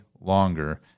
longer